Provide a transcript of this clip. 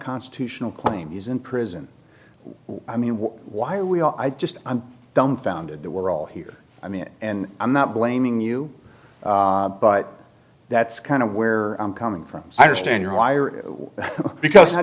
constitutional claim he's in prison i mean why are we are i just i'm dumbfounded that we're all here i mean and i'm not blaming you but that's kind of where i'm coming from i understand why or what because i